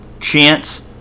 chance